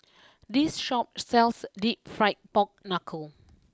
this Shop sells deep Fried Pork Knuckle